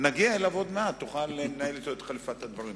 נגיע אליו עוד מעט ותוכל לנהל אתו את חליפת הדברים.